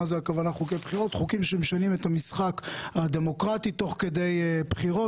והכוונה לחוקים שמשנים את המשחק הדמוקרטי תוך כדי בחירות.